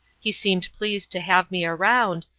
he seemed pleased to have me around,